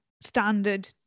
standard